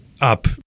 up